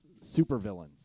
supervillains